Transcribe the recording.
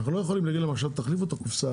אנחנו לא יכולים להגיד להם להחליף את הקופסה,